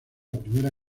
primera